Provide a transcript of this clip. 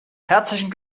herzlichen